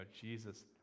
Jesus